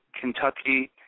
Kentucky